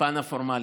הפן הפורמלי.